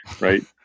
right